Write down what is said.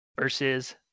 versus